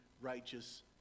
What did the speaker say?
righteous